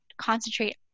concentrate